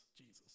Jesus